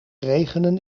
regenen